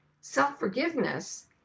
self-forgiveness